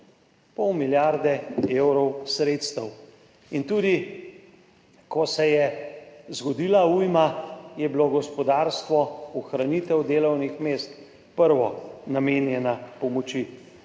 Pol milijarde evrov sredstev. In tudi ko se je zgodila ujma, je bila v gospodarstvu ohranitvi delovnih mest prvi namenjena pomoč.